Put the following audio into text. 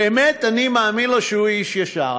באמת אני מאמין לו שהוא איש ישר,